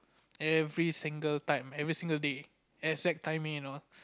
every single time every single day exact timing and all